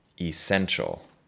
essential